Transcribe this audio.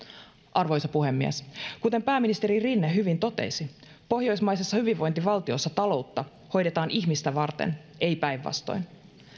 arvoisa puhemies kuten pääministeri rinne hyvin totesi pohjoismaisessa hyvinvointivaltiossa taloutta hoidetaan ihmistä varten ei päinvastoin